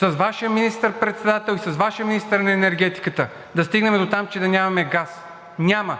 с Вашия министър председател и с Вашия министър на енергетиката – да стигнем дотам, че да нямаме газ. Няма!